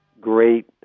great